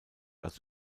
als